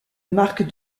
marque